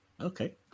Okay